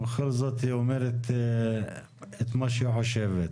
ובכל זאת היא אומרת את מה שהיא חושבת.